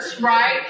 right